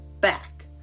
back